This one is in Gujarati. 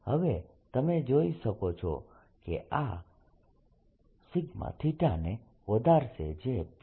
હવે તમે જોઈ શકો છો કે આ σθ ને વધારશે જે P